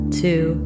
two